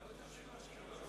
אדוני היושב-ראש,